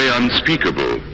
unspeakable